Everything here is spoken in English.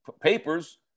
papers